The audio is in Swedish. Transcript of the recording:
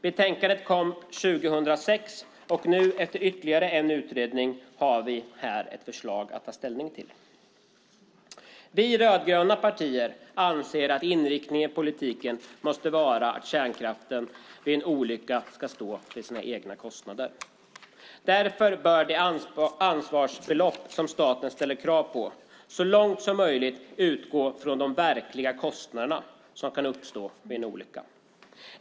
Betänkandet kom 2006, och efter ytterligare en utredning har vi nu ett förslag att ta ställning till. Vi rödgröna partier anser att inriktningen i politiken måste vara att kärnkraften vid en olycka ska stå för sina egna kostnader. Därför bör det ansvarsbelopp staten ställer krav på så långt som möjligt utgå från de verkliga kostnader som kan uppstå vid en olycka.